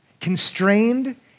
Constrained